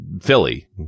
Philly